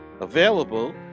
available